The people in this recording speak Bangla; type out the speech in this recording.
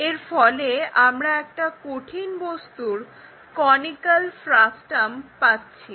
এর ফলে আমরা একটা কঠিন বস্তুর কনিক্যাল ফ্রাস্টাম পাচ্ছি